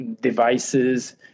devices